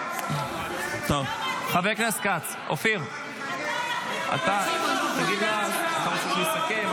חבר הכנסת אופיר כץ, אתה רוצה שיסכם?